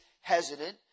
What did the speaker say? hesitant